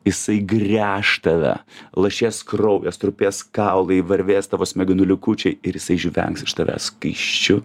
jisai gręš tave lašės kraujas trupės kaulai varvės tavo smegenų likučiai ir jisai žvengs iš tavęs skaisčiu